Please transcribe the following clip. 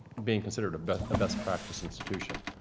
being considered a best best practice institution.